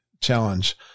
challenge